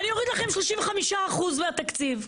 אוריד לכם 35% מהתקציב.